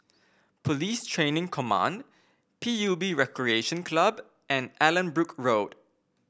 Police Training Command P U B Recreation Club and Allanbrooke Road